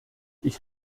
ich